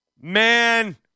man